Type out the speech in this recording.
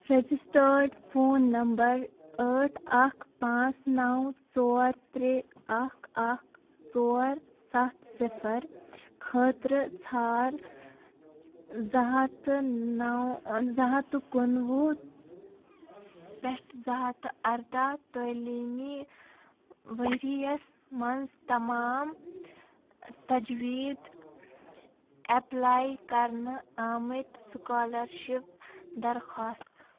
registered phone number ٲٹھ اکھ پانٛژھ نَو ژور ترٛےٚ اَکھ اکھ ژور سَتھ صِفر خٲطرٕ ژھار زٕ ہَتھ تہٕ نَو زٕ ہَتھ تہٕ کُنوُہ پٮ۪ٹھ زٕ ہَتھ تہٕ اَرداہ تٲلیٖمی ؤرۍ یَس منٛز تمام تجویٖد ایپلاے کرنہٕ آمٕتۍ سُکالرشِپ درخواستہٕ